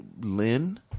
Lynn